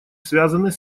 связанный